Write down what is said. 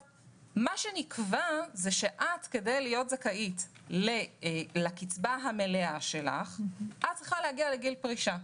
נקבע שכדי להיות זכאית לקצבה המלאה שלך את צריכה להגיע לגיל פרישה.